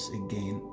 again